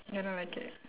ya I don't like it